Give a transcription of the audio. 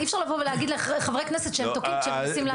אי אפשר לבוא ולהגיד לחברי הכנסת שהם תוקעים כשהם מנסים לעזור.